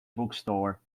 bookstore